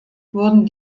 wurden